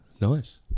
nice